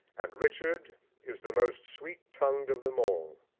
and richard is the most sweet-tongued of them all.